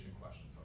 questions